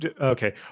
Okay